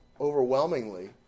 overwhelmingly